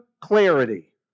clarity